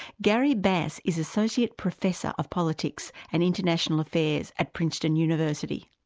gary bass is associate professor of politics and international affairs at princeton university.